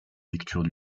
lectures